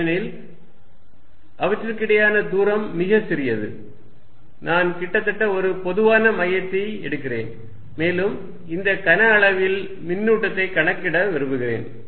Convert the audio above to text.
ஏனெனில் அவற்றுக்கிடையேயான தூரம் மிகச் சிறியது நான் கிட்டத்தட்ட ஒரு பொதுவான மையத்தை எடுக்கிறேன் மேலும் இந்த கன அளவில் மின்னூட்டத்தை கணக்கிட விரும்புகிறேன்